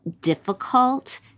difficult